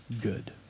good